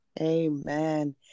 Amen